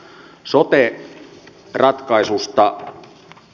sote ratkaisusta